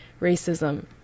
racism